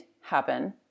happen